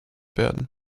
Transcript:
werden